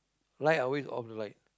light always off the light